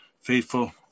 faithful